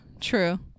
true